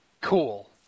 Cool